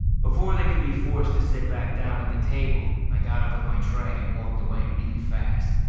before they could be forced to sit back down at the table, i got up with my tray and walked away really fast.